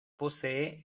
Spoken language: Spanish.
posee